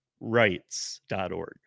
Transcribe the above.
rights.org